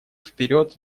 вперед